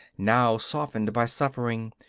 now softened by suffering,